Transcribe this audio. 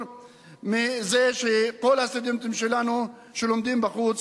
מזה שכל הסטודנטים שלנו שלומדים בחוץ